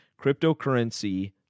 Cryptocurrency